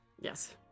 Yes